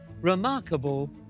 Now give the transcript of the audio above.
remarkable